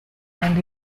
and